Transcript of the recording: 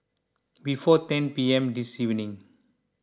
before ten P M this evening